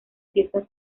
fiestas